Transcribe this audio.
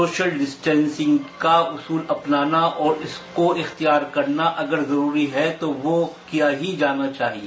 social distancing का उसूल अपनाना और इसको इखतियार करना अगर जरूरी है तो वो किया ही जाना चाहिए